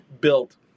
built